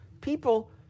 People